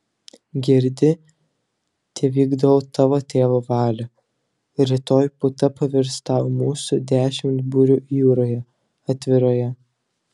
girdi tevykdau tavo tėvo valią rytoj puta pavirs tau mūsų dešimt burių jūroje atviroje